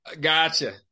Gotcha